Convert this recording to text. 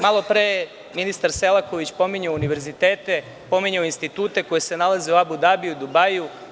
Malopre je ministar Selaković pominjao univerzitete, pominjao institute koji se nalaze u Abu Dabiju, Dubaiju.